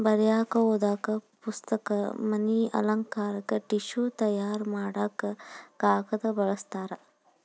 ಬರಿಯಾಕ ಓದು ಪುಸ್ತಕ, ಮನಿ ಅಲಂಕಾರಕ್ಕ ಟಿಷ್ಯು ತಯಾರ ಮಾಡಾಕ ಕಾಗದಾ ಬಳಸ್ತಾರ